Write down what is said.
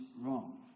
wrong